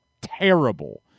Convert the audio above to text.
terrible